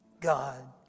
God